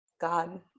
God